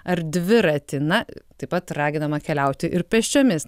ar dviratį na taip pat raginama keliauti ir pėsčiomis